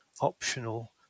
optional